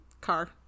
car